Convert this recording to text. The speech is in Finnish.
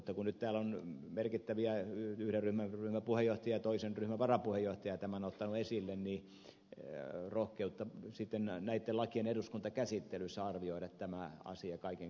mutta kun täällä on merkittäviä edustajia yhden ryhmän puheenjohtaja ja toisen ryhmän varapuheenjohtaja tämän ottanut esille niin rohkeutta sitten näitten lakien eduskuntakäsittelyssä arvioida tämä asia kaiken kaikkinensa